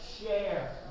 share